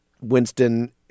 Winston